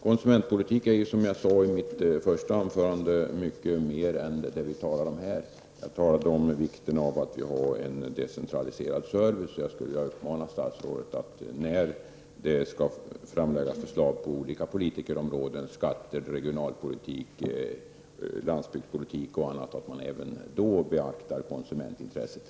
Konsumentpolitik är, som jag sade i mitt första anförande, mycket mer än det vi talar om här. Jag har nämnt vikten av att vi har en decentraliserad service. Jag vill uppmana statsrådet att även beakta konsumentintresset när det skall framläggas förslag inom andra områden inom politiken såsom skattepolitiken, regionalpolitik och landsbygdspolitik m.m.